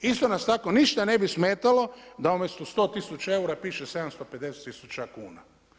Isto nas tako ništa ne bi smetalo da umjesto 100 tisuća eura, piše 750 tisuća kuna.